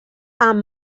amb